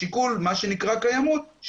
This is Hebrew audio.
השיקול מה שנקרא קיימות,